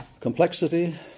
Complexity